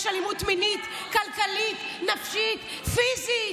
יש אלימות מינית, כלכלית, נפשית, פיזית.